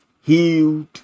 healed